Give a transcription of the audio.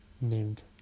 named